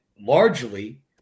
largely